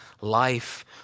life